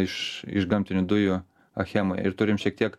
iš iš gamtinių dujų achemai ir turim šiek tiek